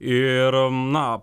ir na